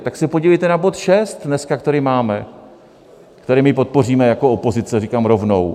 Tak se podívejte na bod šest dneska, který máme, který my podpoříme jako opozice, říkám rovnou.